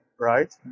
right